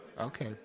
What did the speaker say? Okay